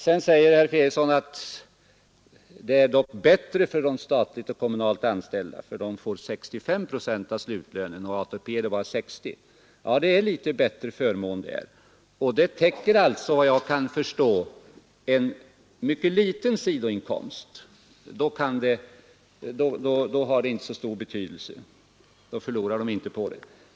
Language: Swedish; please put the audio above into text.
Vidare säger herr Fredriksson att situationen är dock bättre för de statligt eller kommunalt anställda för de får 65 procent av slutlönen. I ATP-systemet får man bara 60 procent. Ja, det är litet bättre förmåner i statlig och kommunal tjänst. För personer med en mycket liten sidoinkomst får den här olikheten i förmåner inte så stor betydelse.